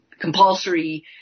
compulsory